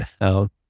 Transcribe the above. down